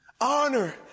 Honor